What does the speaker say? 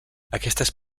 aquestes